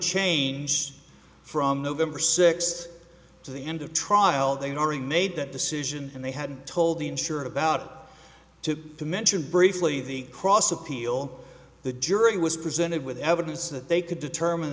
changed from november sixth to the end of trial they already made that decision and they had told the insurer about it up to mention briefly the cross appeal the jury was presented with evidence that they could determine